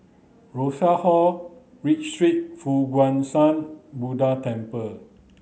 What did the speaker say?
Rosas Hall Read Street Fo Guang Shan Buddha Temple